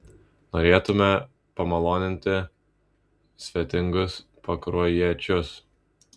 norėtume pamaloninti svetingus pakruojiečius